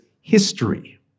history